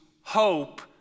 hope